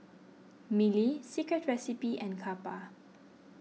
Mili Secret Recipe and Kappa